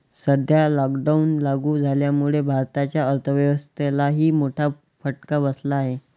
सध्या लॉकडाऊन लागू झाल्यामुळे भारताच्या अर्थव्यवस्थेलाही मोठा फटका बसला आहे